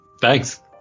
Thanks